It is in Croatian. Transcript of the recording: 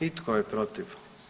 I tko je protiv?